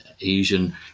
Asian